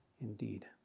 indeed